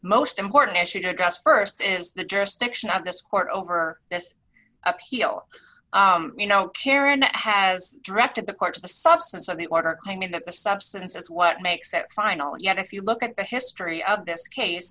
most important issue to address st is the jurisdiction of this court over this appeal you know karen has directed the court to the substance of the order claiming that the substance is what makes that final yet if you look at the history of this case